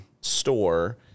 store